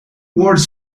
words